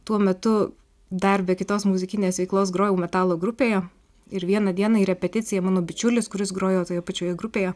tuo metu dar be kitos muzikinės veiklos grojau metalo grupėje ir vieną dieną į repeticiją mano bičiulis kuris grojo toje pačioje grupėje